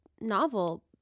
novel